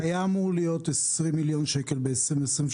היה אמור להיות 20 מיליון שקל ב-2023,